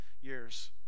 years